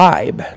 Vibe